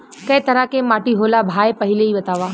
कै तरह के माटी होला भाय पहिले इ बतावा?